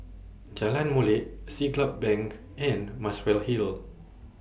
Jalan Molek Siglap Bank and Muswell Hill